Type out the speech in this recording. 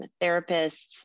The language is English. therapists